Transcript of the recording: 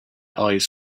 eyes